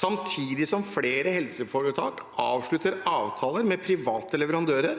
samtidig som flere helseforetak avslutter avtaler med private leverandører